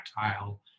tactile